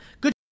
Good